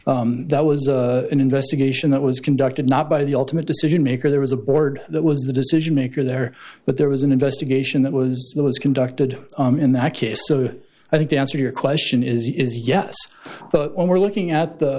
that that was an investigation that was conducted not by the ultimate decision maker there was a board that was the decision maker there but there was an investigation that was that was conducted in that case so i think the answer your question is yes but we're looking at the